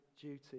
duty